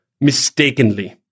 mistakenly